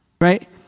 right